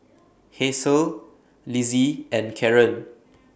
Hasel Lizzie and Karen